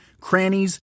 crannies